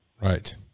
Right